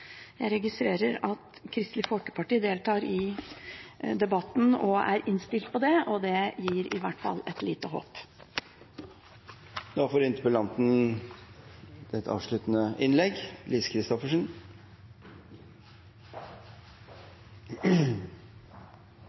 jeg håpet at regjeringen hadde. Jeg registrerer at Kristelig Folkeparti deltar i debatten og er innstilt på det. Det gir i hvert fall et lite håp. Jeg vil få lov til å takke for debatten. Det